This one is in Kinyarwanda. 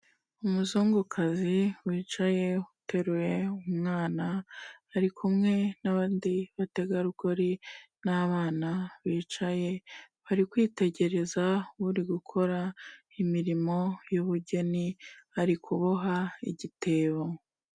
Umuzungukazi wicaye uteruye umwana ari kumwe n'bandi bategarugori n'abana bicaye, bari kwitegereza uri gukora imirimo y'ubugeni ari kuboha igitebo.